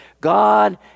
God